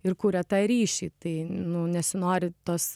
ir kuria tą ryšį tai nu nesinori tos